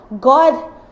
God